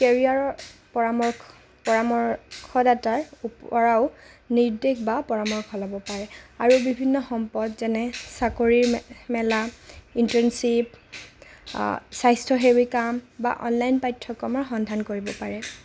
কেৰিয়াৰৰ পৰামৰ্শ পৰামৰ্শ দাতাৰ উপ পৰাও নিৰ্দেশ বা পৰামৰ্শ ল'ব পাৰে আৰু বিভিন্ন সম্পদ যেনে চাকৰিৰ মেলা ইন্টাৰ্ণশ্বিপ স্বাস্থ্য সেৱিকা বা অনলাইন পাঠ্যক্ৰমৰ সন্ধান কৰিব পাৰে